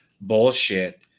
bullshit